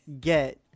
get